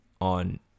on